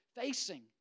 facing